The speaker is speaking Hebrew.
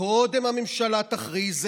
קודם הממשלה תכריז,